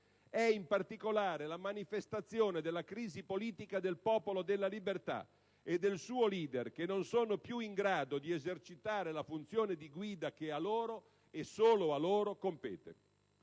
È, in particolare, la manifestazione della crisi politica del PDL e del suo leader, che non sono più in grado di esercitare la funzione di guida che a loro - e solo a loro - compete.